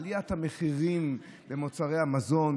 עליית המחירים במוצרי המזון,